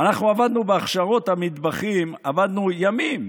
אנחנו עבדנו בהכשרות המטבחים, עבדנו ימים.